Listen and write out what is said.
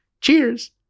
Cheers